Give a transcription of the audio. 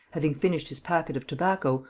having finished his packet of tobacco,